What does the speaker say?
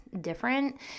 different